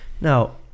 Now